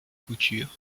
couture